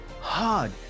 hard